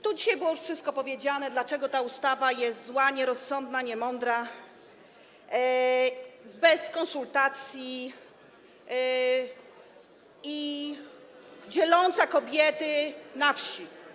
Tu dzisiaj było już wszystko powiedziane, dlaczego ta ustawa jest zła, nierozsądna, niemądra, bez konsultacji i dzieląca kobiety na wsi.